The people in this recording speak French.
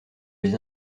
les